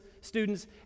students